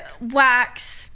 wax